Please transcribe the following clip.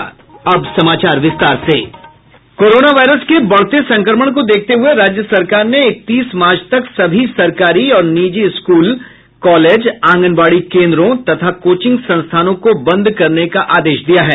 corona virus के बढ़ते संकमण को देखते हुए राज्य सरकार ने इकतीस मार्च तक सभी सरकारी और निजी स्कूल कॉलेज आंगनबाड़ी केंद्रों तथा कोचिंग संस्थानों को बंद करने का आदेश दिया है